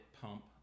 pump